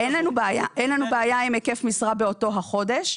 אין לנו בעיה עם היקף משרה באותו החודש.